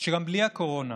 שגם בלי הקורונה